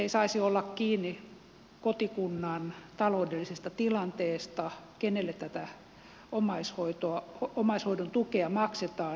ei saisi olla kiinni kotikunnan taloudellisesta tilanteesta kenelle tätä omaishoidon tukea maksetaan ja kenelle ei